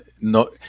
No